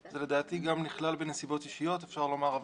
זה לדעתי גם נכלל בנסיבות אישיות, אפשר לומר.